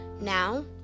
Now